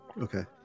Okay